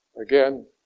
again